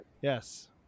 Yes